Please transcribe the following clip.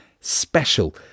special